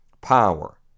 Power